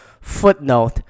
footnote